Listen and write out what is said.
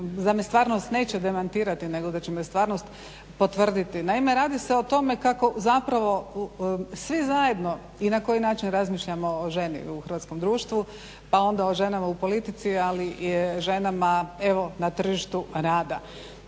da me stvarnost neće demantirati nego da će me stvarnost potvrditi. Naime, radi se o tome kako svi zajedno i na koji način razmišljamo o ženi u hrvatskom društvu pa onda o ženama u politici ali i o ženama na tržištu rada.